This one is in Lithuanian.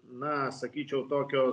na sakyčiau tokio